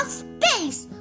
space